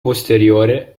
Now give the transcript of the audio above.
posteriore